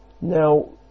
Now